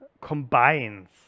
combines